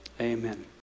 amen